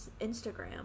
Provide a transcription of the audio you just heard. Instagram